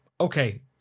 okay